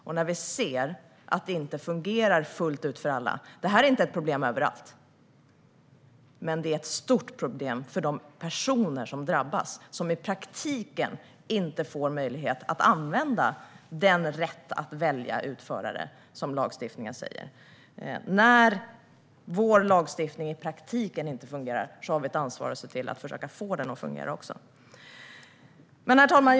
Det här är inte ett problem överallt, men det är ett stort problem för de personer som drabbas, som i praktiken inte får möjlighet att använda sig av den rätt att välja utförare som anges i lagstiftningen. När lagstiftningen inte fungerar i praktiken har vi ett ansvar att se till att få den att fungera. Herr talman!